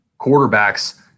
quarterbacks